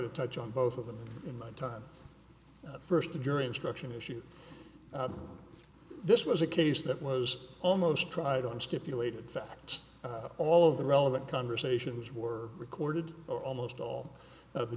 to touch on both of them in one time first the jury instruction issue this was a case that was almost tried on stipulated facts all of the relevant conversations were recorded or almost all of the